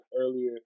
earlier